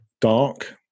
dark